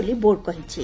ବୋଲି ବୋର୍ଡ କହିଛି